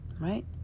right